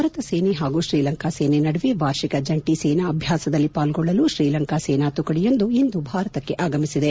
ಭಾರತ ಸೇನೆ ಹಾಗೂ ಶ್ರೀಲಂಕಾ ಸೇನೆ ನಡುವೆ ವಾರ್ಷಿಕ ಜಂಟಿ ಸೇನಾ ಅಭ್ಯಾಸದಲ್ಲಿ ಪಾಲ್ಗೊಳ್ಳಲು ಶ್ರೀಲಂಕಾ ಸೇನಾ ತುಕಡಿಯೊಂದು ಇಂದು ಭಾರತಕ್ಕೆ ಆಗಮಿಸಿದೆ